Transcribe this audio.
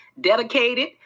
dedicated